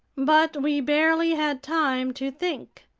but we barely had time to think.